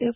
F